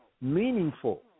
meaningful